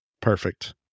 Perfect